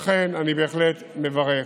לכן אני בהחלט מברך.